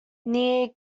near